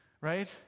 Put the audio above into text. Right